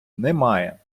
немає